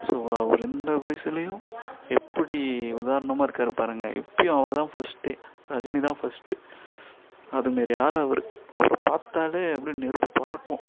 so அவர் இந்த வயசுலேயும் எப்படி உதாரணமாக இருக்கார் பாருங்க இப்பவும் அவர்தான் ஃபஸ்டே ரஜினி தான் ஃபஸ்ட்டு அதுமாரி ஆள் அவர் அவரை பார்த்தாலே அப்படியே நெருப்பு பறக்கும்